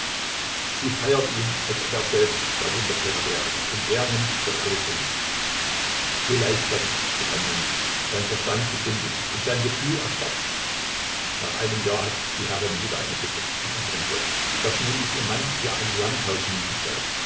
sie feiert ihn als ob er selbst der wundertäter wäre und er nimmt das alles hin so leichtfertig wird ein mensch sein verstand verdunkelt sich und sein gefühl erstarrt nach einem jahr hat die herrin wieder eine bitte an unseren gott daß nämlich ihr mann ihr ein landhaus mieten solle